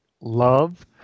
love